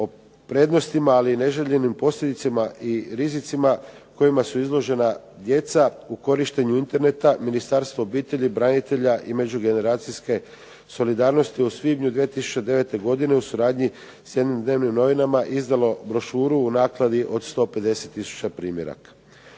O prednostima, ali i neželjenim posljedicama i rizicima kojima su izložena djeca u korištenju Interneta Ministarstvo obitelji, branitelja i međugeneracijske solidarnosti u svibnju 2009. godine u suradnji s jednim dnevnim novinama izdalo je brošuru u nakladi od 150 tisuća primjeraka.